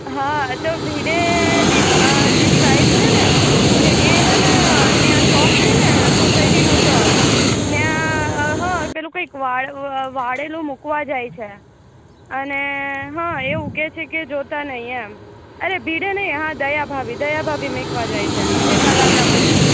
હા તો ભીડેની એની વાઈફ છે ને તો એ છે ને ત્યાં ચોક છે ને સોસાયટીનો ચોક ત્યાં હં પેલું કઈક વાળેલું મૂકવા જાય છે અને હં એવું કે છે જોતા નહીં એમ અરે ભીડે નહીં હા દયાભાભી દયાભાભી મુકવા જાય છે જેઠાલાલનાં પત્ની